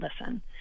listen